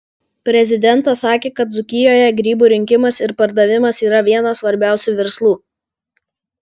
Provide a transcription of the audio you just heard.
prezidentas sakė kad dzūkijoje grybų rinkimas ir pardavimas yra vienas svarbiausių verslų